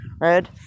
red